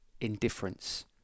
indifference